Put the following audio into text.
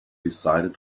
decided